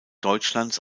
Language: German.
deutschlands